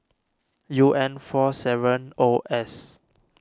U N four seven O S